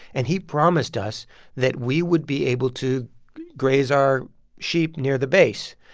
and he promised us that we would be able to graze our sheep near the base.